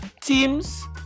teams